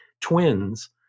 twins